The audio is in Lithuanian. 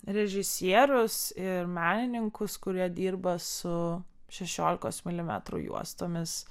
režisierius ir menininkus kurie dirba su šešiolikos milimetrų juostomis